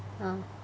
uh